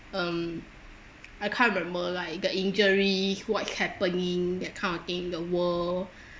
um I can't remember like the injuries what's happening that kind of thing in the world